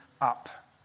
up